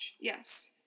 Yes